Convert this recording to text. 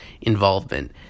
involvement